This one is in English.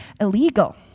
illegal